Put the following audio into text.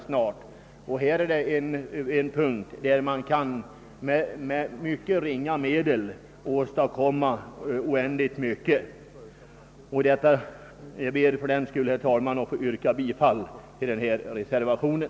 Den fråga vi nu behandlar gäller ett område där man med mycket ringa medel kan åstadkomma oändligt mycket. Jag ber för den skull, herr talman, att få yrka bifall till reservationen.